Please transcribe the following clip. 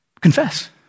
Confess